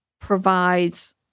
provides